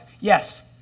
Yes